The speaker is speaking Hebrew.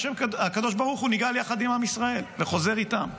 הקדוש ברוך הוא נגאל יחד עם עם ישראל וחוזר איתם.